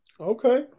Okay